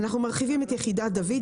אנחנו מרחיבים את יחידת דוד.